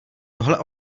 tohle